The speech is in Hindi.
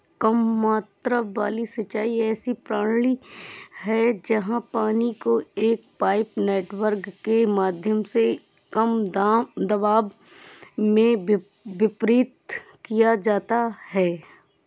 कम मात्रा वाली सिंचाई ऐसी प्रणाली है जहाँ पानी को एक पाइप नेटवर्क के माध्यम से कम दबाव में वितरित किया जाता है